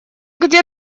где